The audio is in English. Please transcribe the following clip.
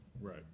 Right